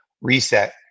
Reset